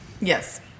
Yes